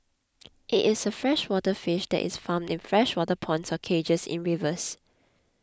it is a freshwater fish that is farmed in freshwater ponds or cages in rivers